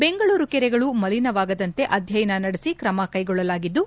ಬೆಂಗಳೂರು ಕೆರೆಗಳು ಮಲಿನವಾಗದಂತೆ ಅಧ್ಯಯನ ನಡೆಸಿ ಕ್ರಮಕೈಗೊಳ್ಳಲಾಗಿದ್ದು